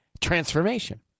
transformation